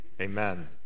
amen